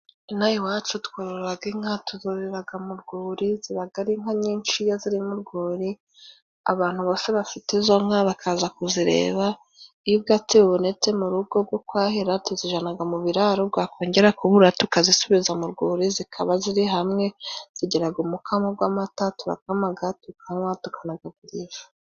Inaha iwacu twororaga inka, tuzororeraga mu rwuri, zibaga ari inka nyinshi iyo ziri mu rwuri, abantu bose bafite izo nka bakaza kuzireba. Iyo ubwatsi bubonetse mu rugo bwo kwahira, tuzijanaga mu biraro, bwakongera kubura tukazisubiza mu rwuri, zikaba ziri hamwe. Zigiraga umukamo gw'amata, turakamaga, tukanywa, tukanagagurisha.